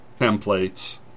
Templates